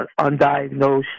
undiagnosed